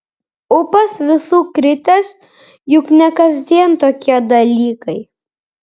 ūpas visų kritęs juk ne kasdien tokie dalykai